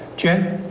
jen.